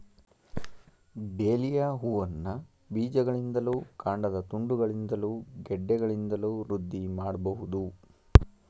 dahlia ಹೂವನ್ನ ಬೀಜಗಳಿಂದಲೂ ಕಾಂಡದ ತುಂಡುಗಳಿಂದಲೂ ಗೆಡ್ಡೆಗಳಿಂದಲೂ ವೃದ್ಧಿ ಮಾಡ್ಬಹುದು